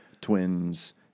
twins